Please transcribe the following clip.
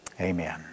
Amen